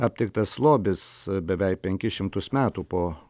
aptiktas lobis beveik penkis šimtus metų po